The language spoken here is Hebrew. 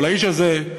אבל האיש הזה,